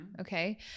Okay